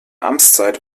amtszeit